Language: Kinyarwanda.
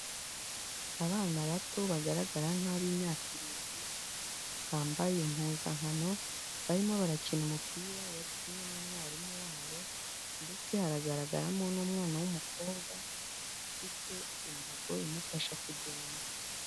Abana bato bagaragara nk'ab'imyaka irindwi bambaye impuzankano, barimo barakina umupira bari kumwe n'umwarimu wabo ndetse hagaragaramo n'umwana w'umukobwa ufite imbago imufasha kugenda.